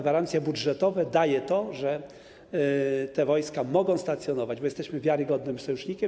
Gwarancje budżetowe daje to, że te wojska mogą stacjonować, bo jesteśmy wiarygodnym sojusznikiem.